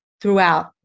throughout